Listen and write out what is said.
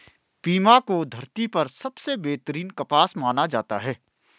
Pima को धरती पर सबसे बेहतरीन कपास माना जाता है